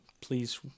please